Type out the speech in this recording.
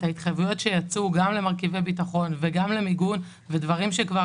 ההתחייבויות שיצאו גם למרכיבי ביטחון וגם למיגון ודברים שכבר